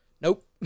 Nope